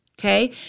Okay